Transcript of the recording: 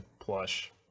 plush